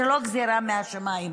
זאת לא גזרה מהשמיים,